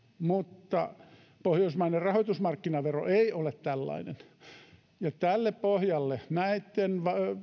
mutta pohjoismainen rahoitusmarkkinavero ei ole tällainen tälle pohjalle näitten